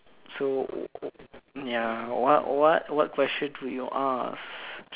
so ya what what what question would you ask